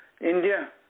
India